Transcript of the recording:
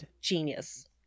genius